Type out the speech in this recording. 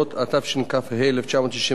התשכ"ה 1965,